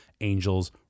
angels